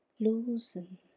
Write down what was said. Loosen